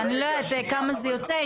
אני לא יודעת כמה זה יוצא,